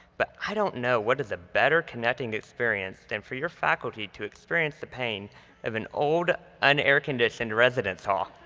but i don't know what is a better connecting experience than for your faculty to experience the pain of an old un-air-conditioned residence hall.